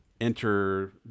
enter